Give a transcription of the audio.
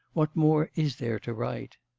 what more is there to write.